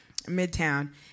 Midtown